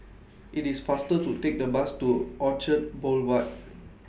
IT IS faster to Take The Bus to Orchard Boulevard